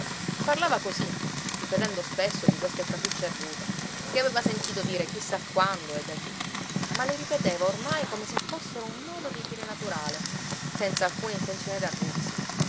parlava cosí ripetendo spesso di queste frasucce argute che aveva sentito dire chi sa quando e da chi ma le ripeteva ormai come se fossero un modo di dire naturale senz'alcuna intenzione d'arguzia